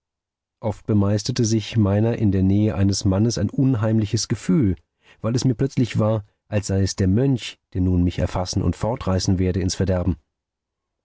oft bemeisterte sich meiner in der nähe eines mannes ein unheimliches gefühl weil es mir plötzlich war als sei es der mönch der nun mich erfassen und fortreißen werde ins verderben